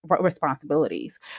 responsibilities